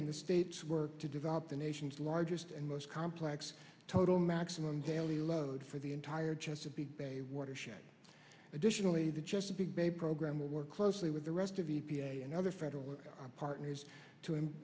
and the state's work to develop the nation's largest and most complex total maximum daily load for the entire chesapeake bay watershed additionally the chesapeake bay program will work closely with the rest of the p a and other federal partners to